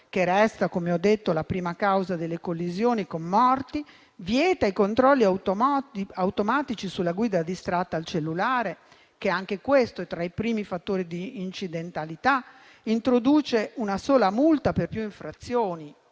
che resta, come ho detto, la prima causa di collisione e di morte; vieta i controlli automatici sulla guida distratta al cellulare, che è - anche questa - tra i primi fattori di incidentalità; introduce una sola multa per più infrazioni,